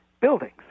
buildings